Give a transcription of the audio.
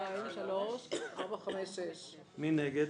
מי נגד?